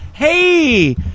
hey